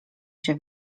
się